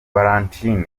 valentin